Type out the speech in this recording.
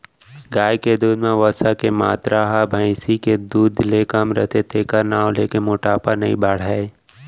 गाय के दूद म वसा के मातरा ह भईंसी के दूद ले कम रथे तेकर नांव लेके मोटापा नइ बाढ़य